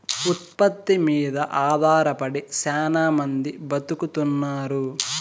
ఉత్పత్తి మీద ఆధారపడి శ్యానా మంది బతుకుతున్నారు